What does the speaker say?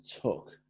took